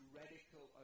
radical